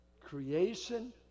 creation